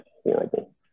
Horrible